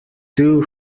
too